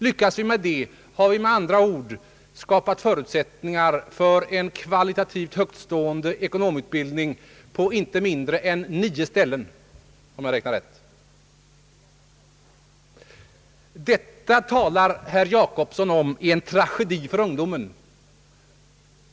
Lyckas vi härmed, har vi skapat förutsättningar för en kvalitativt högtstående cekonomutbildning på inte mindre än nio ställen, om jag har räknat rätt. Herr Jacobsson säger att den utformning som ekonomutbildningen har fått är en tragedi för ungdomen.